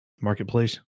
Marketplace